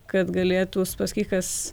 kad galėtų uspaskichas